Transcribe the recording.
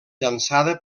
llançada